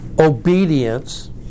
obedience